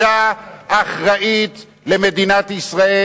יש לכם גישה אחראית כלשהי למדינת ישראל,